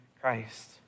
Christ